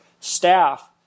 staff